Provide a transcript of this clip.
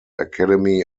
academy